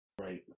Right